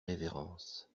révérences